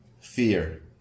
fear